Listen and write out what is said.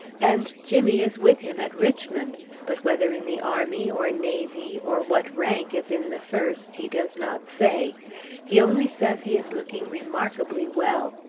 and jimmy is with him at richmond but whether in the army, or navy, or what rank if in the first, he does not say he only says he is looking remarkably well.